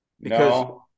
because-